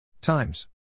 times